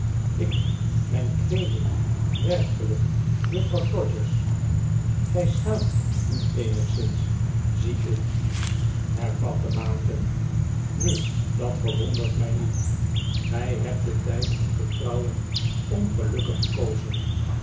ik mijn kleeding werkelijk juffrouw todgers gij schaamt u eenigszins zie ik her aist vfmwmark ontmoet twee oude buren vatte maarten nu dat verwondert mij niet gij hebt den tijd om te trouwen ongelukkig gekozen